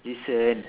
listen